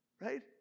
Right